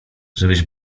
żebyś